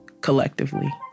collectively